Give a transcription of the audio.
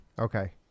Okay